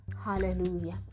hallelujah